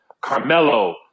Carmelo